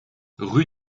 rue